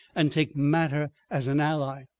and take matter as an ally.